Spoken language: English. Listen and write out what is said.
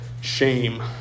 shame